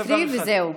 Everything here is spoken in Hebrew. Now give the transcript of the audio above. להקריא, וזהו.